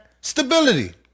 Stability